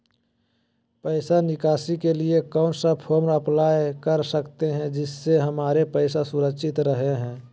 पैसा निकासी के लिए कौन सा फॉर्म अप्लाई कर सकते हैं जिससे हमारे पैसा सुरक्षित रहे हैं?